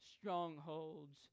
strongholds